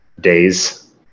days